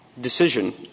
decision